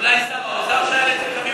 אולי שר האוצר שהיה לצדך?